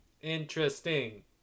interesting